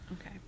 okay